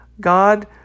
God